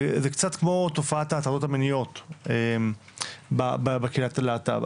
זה קצת כמו תופעת ההטרדות המיניות בקהילת הלהט"ב.